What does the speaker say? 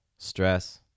Stress